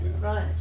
Right